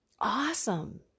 awesome